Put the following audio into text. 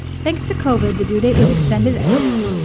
thanks to covered, the due date was extended anyway,